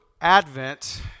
Advent